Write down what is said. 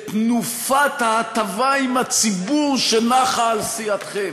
מתנופת ההטבה עם הציבור שנחה על סיעתכם.